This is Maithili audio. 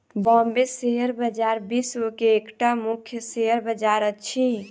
बॉम्बे शेयर बजार विश्व के एकटा मुख्य शेयर बजार अछि